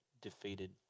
defeated